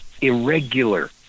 irregular